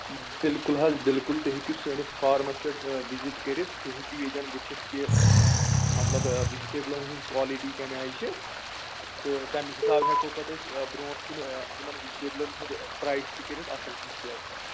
بِلکُل حظ بِلکُل تُہۍ ہیٚکِو سٲنِس فارمَس پٮ۪ٹھ وِزِٹ کٔرِتھ تُہۍ ہیٚکِو ییٚتٮ۪ن وُچھِتھ کہِ مطلب وِجٹیبلَن ہٕنٛز کالٹی کَمہِ آیہِ چھِ تہٕ تَمہِ حِسابہٕ ہٮ۪کو پَتہٕ أسۍ برٛونٛٹھ کُن یِمَن وِجٹیبلن ہُنٛد پرٛایِس تہِ کٔرِتھ اَصٕل کُن سیٚٹ